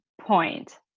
point